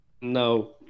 No